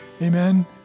Amen